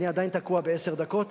אני עדיין תקוע בעשר דקות.